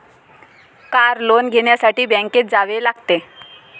car loan घेण्यासाठी बँकेत जावे लागते